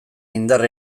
indar